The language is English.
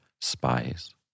spies